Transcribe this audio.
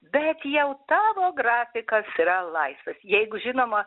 bet jau tavo grafikas yra laisvas jeigu žinoma